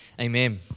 Amen